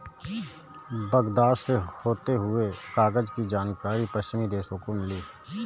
Baghdad से होते हुए कागज की जानकारी पश्चिमी देशों को मिली